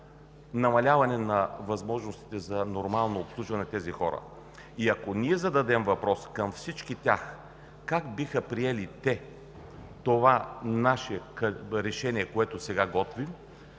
намаляване на възможностите за нормално обслужване на тези хора. И ако ние зададем въпрос към всички тях: как биха приели това наше решение, което сега готвим,